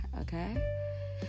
okay